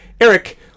Eric